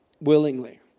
willingly